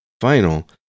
final